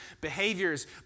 behaviors